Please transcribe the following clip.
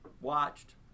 Watched